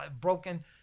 broken